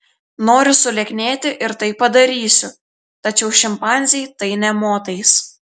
noriu sulieknėti ir tai padarysiu tačiau šimpanzei tai nė motais